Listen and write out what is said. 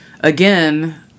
again